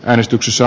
äänestyksissä